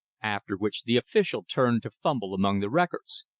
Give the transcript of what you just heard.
after which the official turned to fumble among the records.